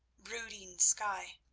brooding sky.